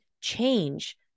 change